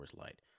Light